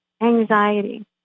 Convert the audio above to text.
Anxiety